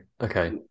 okay